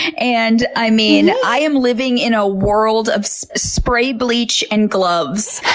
and i mean, i am living in a world of spray bleach and gloves.